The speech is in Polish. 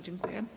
Dziękuję.